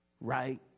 right